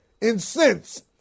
incensed